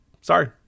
Sorry